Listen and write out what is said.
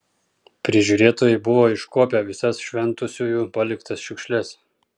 prižiūrėtojai buvo iškuopę visas šventusiųjų paliktas šiukšles